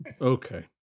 Okay